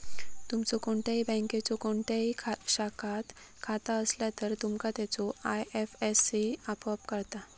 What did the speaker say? तुमचो कोणत्याही बँकेच्यो कोणत्याही शाखात खाता असला तर, तुमका त्याचो आय.एफ.एस.सी आपोआप कळता